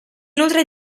nutre